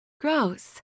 Gross